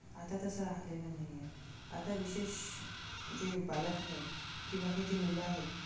आता तसं राहिलेलं नाही आहे आता विशेष जे बालक आहेत किंवा हे जे मुलं आहेत